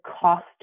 cost